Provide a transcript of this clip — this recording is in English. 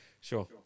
Sure